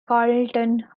carlton